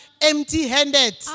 empty-handed